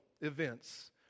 events